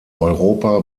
europa